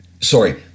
sorry